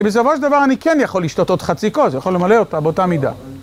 בסופו של דבר אני כן יכול לשתות עוד חצי כוס, יכול למלא אותה באותה מידה.